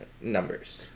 numbers